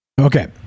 Okay